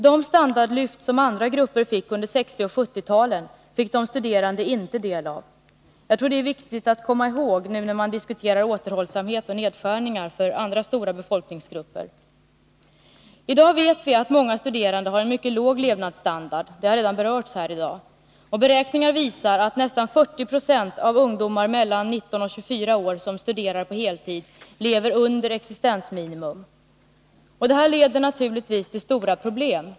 De standardlyft som andra grupper fick under 1960 och 1970-talen fick de studerande inte del av. Jag tror att detta är viktigt att komma ihåg, när man nu diskuterar återhållsamhet och nedskärningar för andra stora befolkningsgrupper. I dag vet vi att många studerande har en mycket låg levnadsstandard; det har redan berörts här i dag. Beräkningar visar att nästan 40 90 av de ungdomar mellan 19 och 24 år som studerar på heltid lever under existensminimum. Det leder naturligtvis till stora problem.